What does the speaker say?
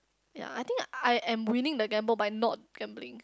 ya I think I am winning the gamble by not gambling